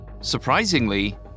Surprisingly